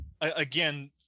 Again